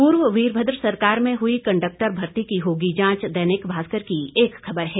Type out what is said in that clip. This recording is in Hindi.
पूर्व वीरभद्र सरकार में हुई कंडक्टर भर्ती की होगी जांच दैनिक भास्कर की एक खबर है